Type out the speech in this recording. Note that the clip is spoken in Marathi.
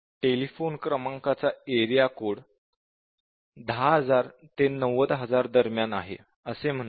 टेलिफोन क्रमांकाचा एरिया कोड 10000 ते 90000 दरम्यान आहे असे म्हणूया